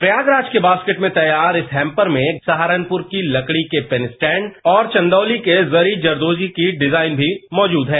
प्रयागराज के बास्केट में तैयार इस हैंपर में सहारनुपर की तकड़ी के पेन स्टैंड और चंदौली के जरी जरदोजी की डिजाइन भी मौजूद है